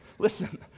Listen